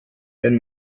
wenn